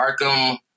Arkham